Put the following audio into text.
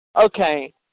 Okay